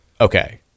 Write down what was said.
okay